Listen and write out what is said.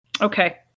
Okay